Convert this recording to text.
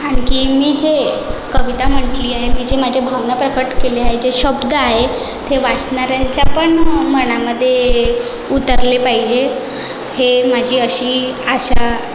आणखी मी जे कविता म्हटली आहे मी जे माझ्या भावना प्रकट केल्या आहे जे शब्द आहे ते वाचणाऱ्यांच्या पण मनामध्ये उतरले पाहिजे हे माझी अशी आशा